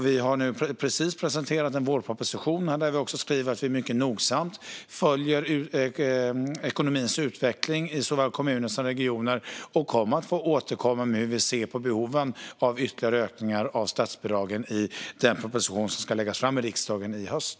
Vi har precis presenterat en vårproposition, där vi skriver att vi nogsamt följer ekonomins utveckling i såväl kommuner som regioner, och vi kommer att återkomma med hur vi ser på behoven av ytterligare ökningar av statsbidragen i den proposition som ska läggas fram i riksdagen i höst.